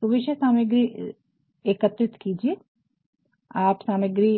तो विषय सामग्री एकत्रित कीजिये आप सामग्री